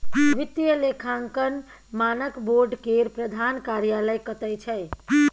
वित्तीय लेखांकन मानक बोर्ड केर प्रधान कार्यालय कतय छै